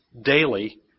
daily